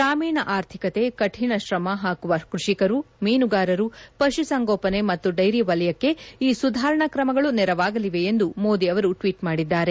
ಗ್ರಾಮೀಣ ಆರ್ಥಿಕತೆ ಕಠಿಣ ಶ್ರಮ ಹಾಕುವ ಕ್ವಷಿಕರು ಮೀನುಗಾರರು ಪಶುಸಂಗೋಪನೆ ಮತ್ತು ಡೈರಿ ವಲಯಕ್ಷೆ ಈ ಸುಧಾರಣಾ ಕ್ರಮಗಳು ನೆರವಾಗಲಿವೆ ಎಂದು ಮೋದಿ ಅವರು ಟ್ವೀಟ್ ಮಾಡಿದ್ದಾರೆ